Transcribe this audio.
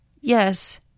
Yes